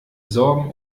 sorgen